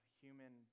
human